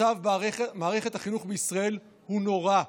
מצב מערכת החינוך בישראל הוא נורא.